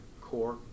core